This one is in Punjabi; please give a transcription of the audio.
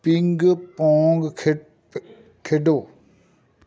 ਪਿੰਗ ਪੋਂਗ ਖੇ ਖੇਡੋ